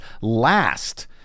last